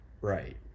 Right